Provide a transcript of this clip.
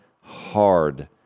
hard